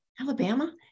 Alabama